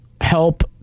help